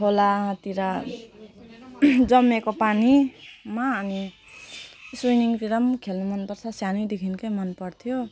खोलातिर जमिएको पानीमा हामी स्विमिङतिर पनि खेल्नु मनपर्छ सानैदेखिकै मनपर्थ्यो